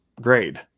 grade